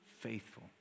Faithful